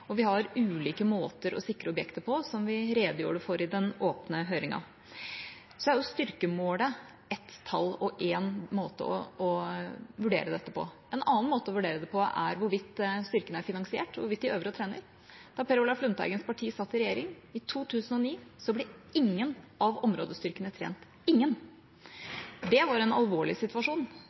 Og vi har ulike måter å sikre objekter på, som vi redegjorde for i den åpne høringen. Styrkemålet er ett tall og én måte å vurdere dette på. En annen måte å vurdere det på er hvorvidt styrkene er finansiert, hvorvidt de øver og trener. Da Per Olaf Lundteigens parti satt i regjering, i 2009, ble ingen av områdestyrkene trent – ingen. Det var en alvorlig situasjon.